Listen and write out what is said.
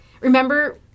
remember